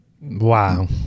Wow